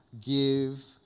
give